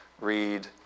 read